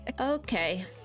Okay